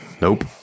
nope